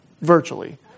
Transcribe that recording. Virtually